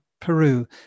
Peru